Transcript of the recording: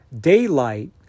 Daylight